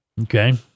Okay